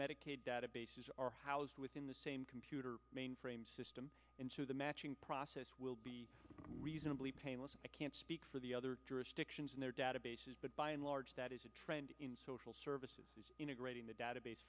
medicaid databases are housed within the same computer mainframe system into the matching process will be reasonably painless i can't speak for the other jurisdictions and their databases but by and large that is a trend in social services integrating the database